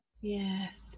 Yes